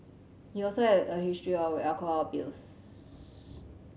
he also had a history of alcohol abuse